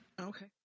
okay